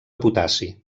potassi